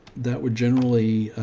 that would generally,